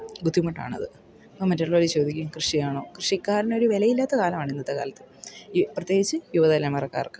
ബുദ്ധിമുട്ടാണത് അപ്പം മറ്റുള്ളവർ ചോദിക്കും കൃഷിയാണോ കൃഷിക്കാരനൊരു വിലയില്ലാത്ത കാലമാണ് ഇന്നത്തെ കാലത്ത് ഈ പ്രത്യേകച്ച് യുവതലമുറക്കാർക്ക്